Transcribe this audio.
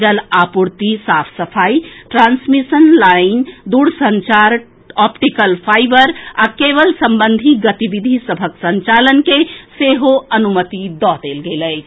जल आपूर्ति साफ सफाई ट्रांसमिशन लाईन दूरसंचार ऑप्टीकल फाइबर आ केबल संबंधी गतिविधि सभक संचालन के सेहो अनुमति दऽ देल गेल अछि